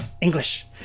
English